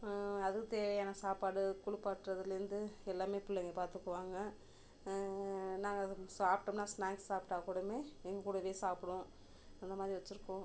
அதுக்கு தேவையான சாப்பாடு குளிப்பாட்டுறதுலேருந்து எல்லாமே பிள்ளைங்க பார்த்துக்குவாங்க நாங்கள் அதை சாப்பிட்டோம்னா ஸ்நாக்ஸ் சாப்பிட்டா கூடவே எங்கக்கூடவே சாப்பிடும் அந்தமாதிரி வச்சிருக்கோம்